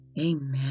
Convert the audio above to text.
amen